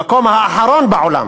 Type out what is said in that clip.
המקום האחרון בעולם